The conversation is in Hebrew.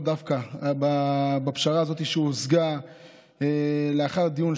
בפשרה הזאת שהושגה לאחר דיון,